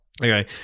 okay